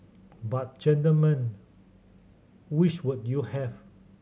but gentlemen which would you have